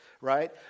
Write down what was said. right